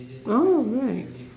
well right